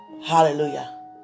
Hallelujah